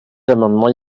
amendements